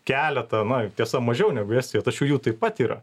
keletą na tiesa mažiau negu estijoj tačiau jų taip pat yra